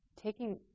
Taking